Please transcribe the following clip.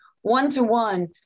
one-to-one